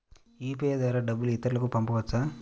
UPI ద్వారా డబ్బు ఇతరులకు పంపవచ్చ?